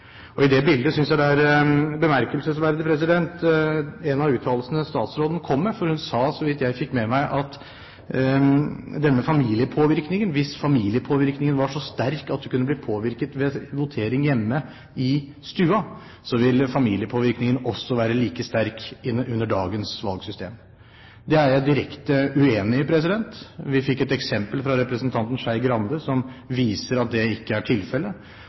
I det bildet synes jeg at én av uttalelsene statsråden kom med, er bemerkelsesverdig, for hun sa så vidt jeg fikk med meg, at hvis familiepåvirkningen var så sterk at du kunne bli påvirket ved votering hjemme i stuen, så ville familiepåvirkningen være like sterk under dagens valgsystem. Det er jeg direkte uenig i. Vi fikk et eksempel fra representanten Skei Grande, som viser at det ikke er tilfellet.